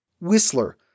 Whistler